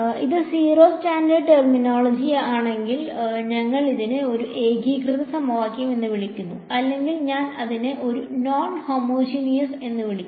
ഇത് zero standard terminology ആണെങ്കിൽ ഞങ്ങൾ അതിനെ ഒരു ഏകീകൃത സമവാക്യം എന്ന് വിളിക്കും അല്ലെങ്കിൽ ഞാൻ അതിനെ ഒരു നോൺ ഹോമോജീനിയസ് എന്ന് വിളിക്കും